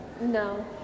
no